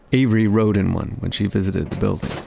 avery rode in one when she visited the building